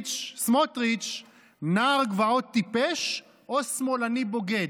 "'סמוטריץ' נער גבעות טיפש או שמאלני בוגד'